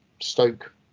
Stoke